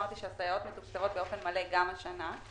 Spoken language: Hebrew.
אמרתי שהסייעות מתוקצבות באופן מלא גם השנה.